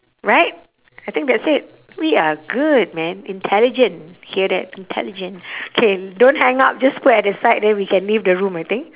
right I think that's it we are good man intelligent hear that intelligent K don't hang up just put at the side then we can leave the room I think